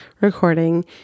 recording